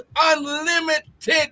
unlimited